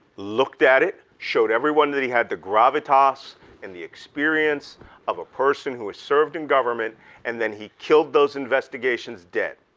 looked at it, showed everyone that he had the gravitas and the experience of a person who has served in government and then he killed those investigations dead.